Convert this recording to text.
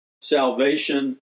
salvation